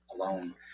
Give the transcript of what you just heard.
alone